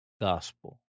Gospel